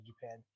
Japan